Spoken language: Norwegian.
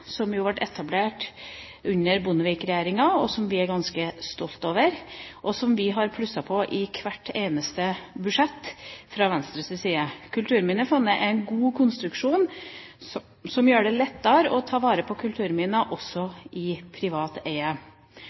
som ble etablert under Bondevik-regjeringa, og som vi er ganske stolt over. Vi har fra Venstres side plusset på i hvert eneste budsjett. Kulturminnefondet er en god konstruksjon, som gjør det lettere å ta vare på kulturminner også i privat eie.